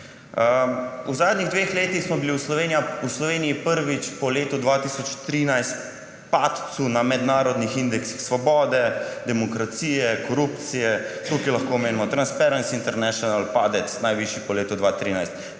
V zadnjih dveh letih smo bili v Sloveniji prvič po letu 2013 [priča] padcu na mednarodnih indeksih svobode, demokracije, korupcije. Tukaj lahko omenimo Transparency International – najvišji padec po letu 2013,